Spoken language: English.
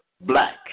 black